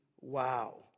Wow